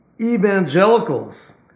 evangelicals